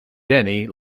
denny